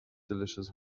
delicious